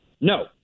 No